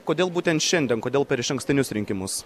kodėl būtent šiandien kodėl per išankstinius rinkimus